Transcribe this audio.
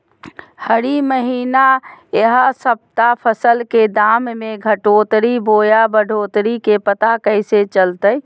हरी महीना यह सप्ताह फसल के दाम में घटोतरी बोया बढ़ोतरी के पता कैसे चलतय?